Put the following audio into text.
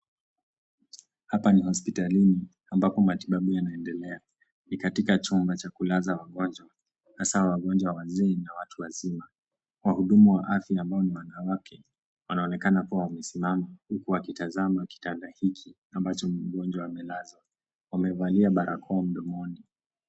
Hapa ni hospitalini ambapo matibabu yanaendelea. Ni katika chumba cha kulaza wagonjwa hasa wagonjwa wazee na watu wazima. Wahudumu wa afya ambao ni wanawake wanaonekana kuwa wamesimama huku wakitazama kitanda hiki ambacho ni mgonjwa amelazwa. Wamevalia barakoa mdomo.